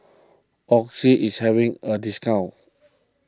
Oxy is having a discount